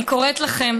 אני קוראת לכם,